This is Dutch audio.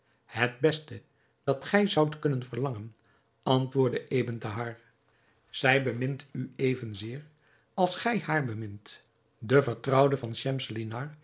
het beste dat gij zoudt kunnen verlangen antwoordde ebn thahar zij bemint u even zeer als gij haar bemint de vertrouwde van